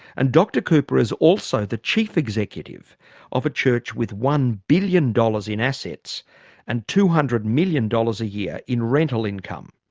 and dr cooper is also the chief executive of a church with one billion dollars in assets and two hundred million dollars a year in rental income.